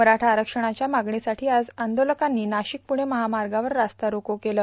मराठा आरक्षणाच्या भागणीसाठी आज आंदोलकांनी नाशिक प्रणे महामार्गावर रास्ता रोको केला